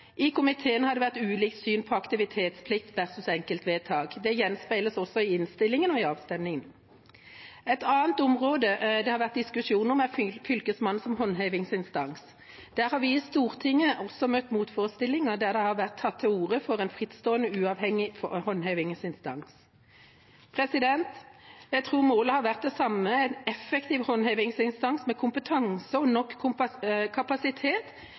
I komiteen har det vært ulikt syn på aktivitetsplikt versus enkeltvedtak. Det gjenspeiles også i innstillingen og i avstemningen. Et annet område det har vært diskusjon om, er Fylkesmannen som håndhevingsinstans. Der har vi i Stortinget også møtt motforestillinger ved at det har vært tatt til orde for en frittstående, uavhengig håndhevingsinstans. Jeg tror målet har vært det samme: en effektiv håndhevingsinstans med kompetanse og nok kapasitet,